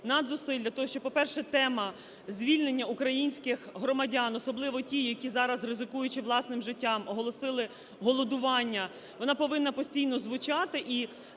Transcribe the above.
надзусиль для того, щоб, по-перше, тема звільнення українських громадян – особливо тих, які зараз, ризикуючи власним життям, оголосили голодування – вона повинна постійно звучати.